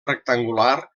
rectangular